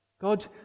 God